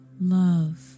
love